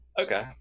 Okay